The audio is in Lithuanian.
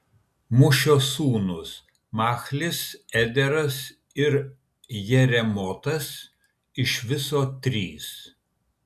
mušio sūnūs machlis ederas ir jeremotas iš viso trys